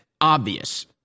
obvious